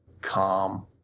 calm